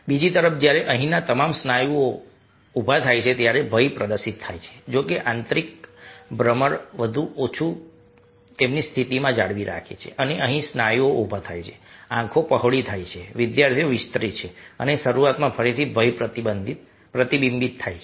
બીજી તરફ જ્યારે અહીંના તમામ સ્નાયુઓ ઉભા થાય છે ત્યારે ભય પ્રદર્શિત થાય છે જો કે આંતરિક ભમર વધુ કે ઓછું તેમની સ્થિતિ જાળવી રાખે છે અને અહીંના સ્નાયુઓ ઉભા થાય છે આંખો પહોળી થાય છે વિદ્યાર્થીઓ વિસ્તરે છે અને શરૂઆતમાં ફરીથી ભય પ્રતિબિંબિત થાય છે